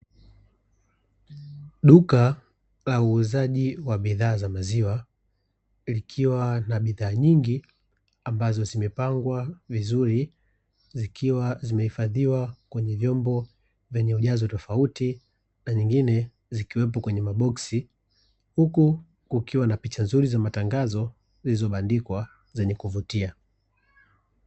Duka la uuzaji wa bidhaa za maziwa likiwa na bidhaa nyingi ambazo zimepangwa vizuri zikiwa zimehifadhiwa kwenye vyombo vyenye ujazo tofauti na zingine zikiwepo kwenye maboksi, huku kukiwa na picha nzuri za matangazo zilizobandikwa zenye kuvutia.